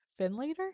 Finlater